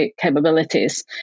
capabilities